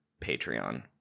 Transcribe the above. Patreon